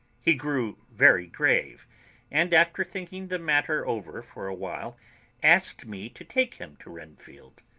he grew very grave and, after thinking the matter over for a while asked me to take him to renfield.